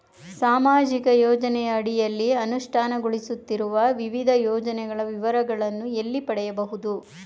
ಸಾಮಾಜಿಕ ಯೋಜನೆಯ ಅಡಿಯಲ್ಲಿ ಅನುಷ್ಠಾನಗೊಳಿಸುತ್ತಿರುವ ವಿವಿಧ ಯೋಜನೆಗಳ ವಿವರಗಳನ್ನು ಎಲ್ಲಿ ಪಡೆಯಬಹುದು?